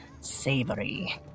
savory